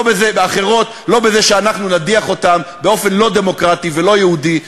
לא בזה שנדיח אותם באופן לא דמוקרטי ולא יהודי מקרבנו.